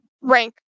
rank